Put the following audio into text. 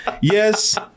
yes